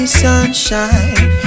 sunshine